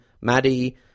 Maddie